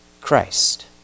Christ